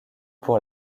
pour